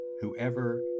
whoever